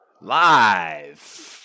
live